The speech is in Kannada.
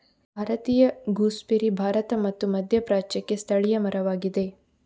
ಭಾರತೀಯ ಗೂಸ್ಬೆರ್ರಿ ಭಾರತ ಮತ್ತು ಮಧ್ಯಪ್ರಾಚ್ಯಕ್ಕೆ ಸ್ಥಳೀಯ ಮರವಾಗಿದೆ